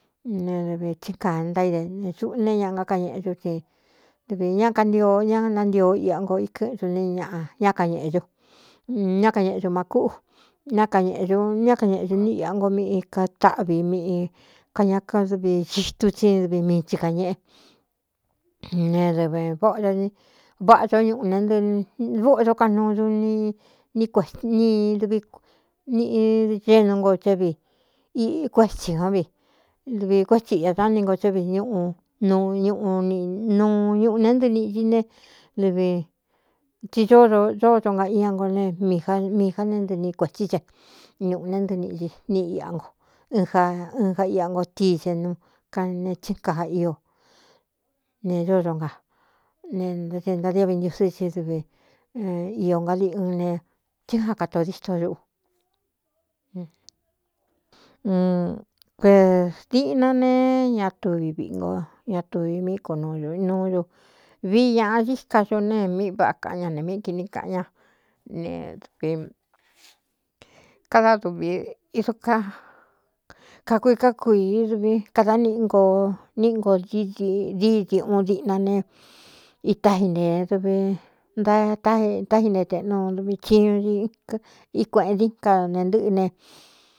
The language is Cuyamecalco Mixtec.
Ne dɨvī tsín ka nta ide ne suꞌu ne ña nkákañeꞌe dú tsi dɨvī ñá kantio ña ntántio iꞌa nko ikɨ́ꞌɨn du ne ña ñá kañēꞌedu ñá kañeꞌe du má kúꞌu ñá kañēꞌe ñu ñá kañeꞌedu ní iꞌ ngo míꞌi ka táꞌvi miꞌi kañaká dɨvi xitu tsin dɨvi mii tsi kañeꞌe ne dɨvī vóꞌo da váꞌa dó ñuꞌu ne nɨɨ vóꞌo do kaꞌ nuu dun ni duvi niꞌdenu nko thá vi iꞌi kuétsī kān vi dɨvi kuétsi iꞌa dá ni nko thá vi ñꞌu ñꞌu nu ñuꞌu neé ntɨɨ niꞌci ne dɨvi tsi ódo dódo nga ia ngo ne miī já ne ntɨɨni kuētsí ce ñuꞌū ne ntɨɨniꞌi níꞌi iꞌa nko ɨn ja ɨn ja iꞌa ngo tii se nu ka ne tsín kaa ío ne dódo nga ne ná dentadiɨvi ntiusɨ́ tsí dɨvi iō nga liꞌ ꞌɨn ne tsí já katōo distoxuꞌu kuēs diꞌna ne ña tuvi viꞌi nko ña tuvi míí konuuū nuudu vií ñāꞌa xi ka du ne mí vaꞌa kaꞌ ña ne míi kīni kaꞌan ña ne dɨvi kada duvi ido kaa kakui ká kuīí duvi kada niꞌi nkoo níꞌi nko dí diuꞌun diꞌna ne itá ji nee duvi nta tátáine teꞌnu dvi chiñu í kueꞌendika ne ntɨ́ꞌɨ ne.